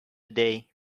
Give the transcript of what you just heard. day